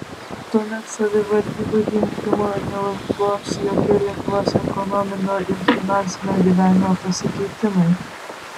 tuomet savivaldybių rinkimų neužgoš jokie lietuvos ekonominio ir finansinio gyvenimo pasikeitimai